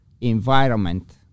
environment